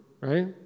right